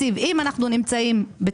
ובוצעו רק חלק מהפעולות אנחנו לוקחים את